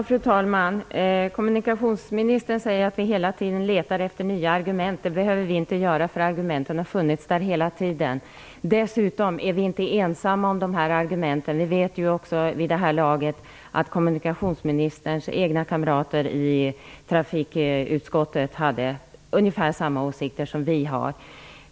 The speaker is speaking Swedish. Fru talman! Kommunikationsministern säger att vi hela tiden letar efter nya argument. Det behöver vi inte göra, för argumenten har funnits hela tiden. Dessutom är vi inte ensamma om argumenten. Vi vet ju också vid det här laget att kommunikationsministerns egna kamrater i trafikutskottet hade ungefär samma åsikter som vi har.